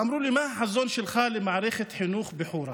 ואמרו לי: מה החזון שלך למערכת החינוך בחורה?